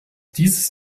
dieses